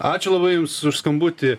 ačiū labai jums už skambutį